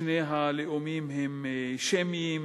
שני הלאומים הם שמיים,